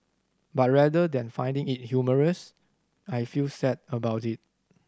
but rather than finding it humorous I feel sad about it